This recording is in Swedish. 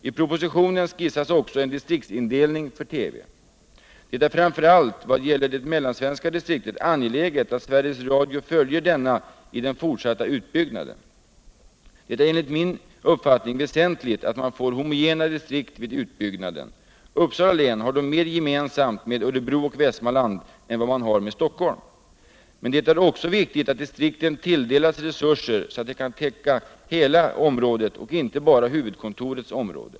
I propositionen skisseras också en distriktsindelning för TV. Det är framför allt i vad gäller det mellansvenska distriktet angeläget att Sveriges Radio följer denna i den fortsatta utbyggnaden. Enligt min uppfattning är det väsentligt att man får homogena distrikt vid utbyggnaden. Uppsala län har då mer gemensamt med Örebro och Västmanland än med Stockholm. Men det är också viktigt att distrikten tilldelas resurser, så att de kan täcka hela området och inte bara huvudkontorets område.